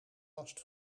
last